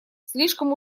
слишком